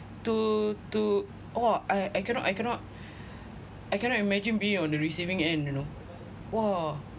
to to oh I I cannot I cannot I cannot imagine being on the receiving end you know !wah!